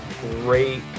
Great